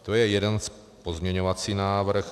To je jeden pozměňovací návrh.